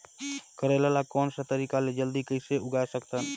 करेला ला कोन सा तरीका ले जल्दी कइसे उगाय सकथन?